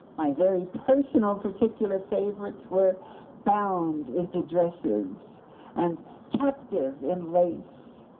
my very personal particular favorites were bound into dresses and captive in lace.